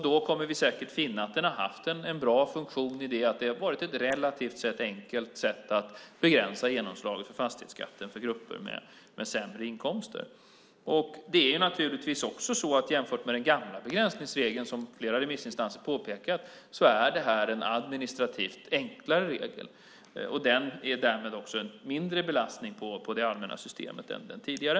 Då kommer vi säkert att finna att den har haft en bra funktion i det att det har varit ett relativt enkelt sätt att begränsa genomslaget för fastighetsskatten för grupper med sämre inkomster. Jämfört med den gamla begränsningsregeln är det här, som flera remissinstanser påpekar, en administrativt enklare regel. Den är därmed en mindre belastning på det allmänna systemet än den tidigare.